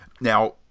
Now